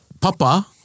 papa